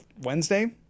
Wednesday